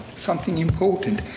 something important.